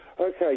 Okay